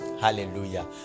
Hallelujah